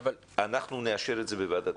אנחנו נאשר את זה בוועדת החינוך.